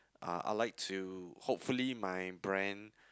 uh I like to hopefully my brand